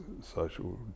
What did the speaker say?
social